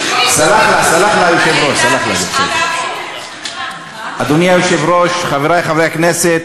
של ההצעה, אדוני היושב-ראש, אדוני היושב-ראש,